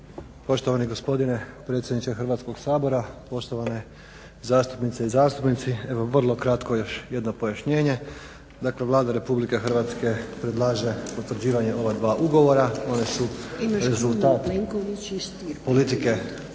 Poštovani gospodine predsjedniče Hrvatskog sabora, poštovane zastupnice i zastupnici. Evo vrlo kratko još jedno pojašnjenje. Dakle, Vlada Republike Hrvatske predlaže potvrđivanje ova dva ugovora. Ona su rezultat politike